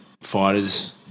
fighters